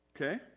Okay